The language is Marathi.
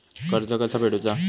कर्ज कसा फेडुचा?